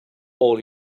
all